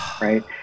right